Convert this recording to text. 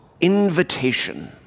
invitation